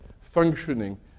functioning